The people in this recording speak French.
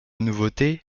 nouveauté